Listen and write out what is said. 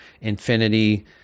infinity